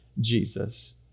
Jesus